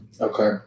Okay